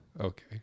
Okay